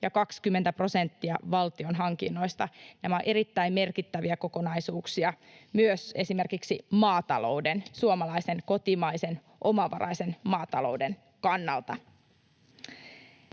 ja 20 prosenttia valtion hankinnoista. Nämä ovat erittäin merkittäviä kokonaisuuksia myös esimerkiksi maatalouden, suomalaisen kotimaisen omavaraisen maatalouden, kannalta.